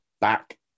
back